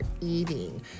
eating